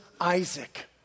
Isaac